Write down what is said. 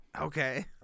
Okay